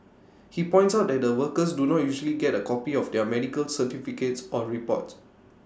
he points out that the workers do not usually get A copy of their medical certificates or reports